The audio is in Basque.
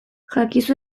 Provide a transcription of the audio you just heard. jakizu